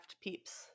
peeps